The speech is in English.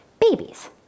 babies